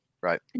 Right